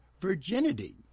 virginity